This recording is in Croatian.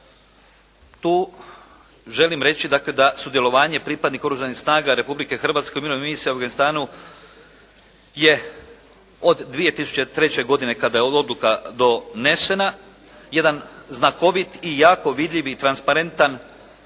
tu želim reći dakle da sudjelovanje pripadnika Oružanih snaga Republike Hrvatske u Mirovnoj misiji u Afganistanu je od 2003. godine kada je odluka donesena. Jedan znakovit i jako vidljiv i transparentan